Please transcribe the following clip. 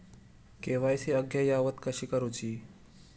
KYC अद्ययावत कशी करुची?